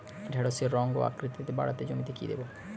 ঢেঁড়সের রং ও আকৃতিতে বাড়াতে জমিতে কি দেবো?